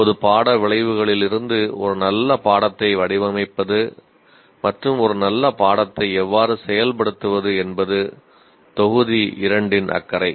இப்போது பாட விளைவுகளிலிருந்து ஒரு நல்ல பாடத்தை வடிவமைப்பது மற்றும் ஒரு நல்ல பாடத்தை எவ்வாறு செயல்படுத்துவது என்பது தொகுதி 2 இன் அக்கறை